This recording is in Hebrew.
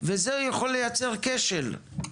וזה יכול לייצר כשל.